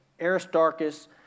Aristarchus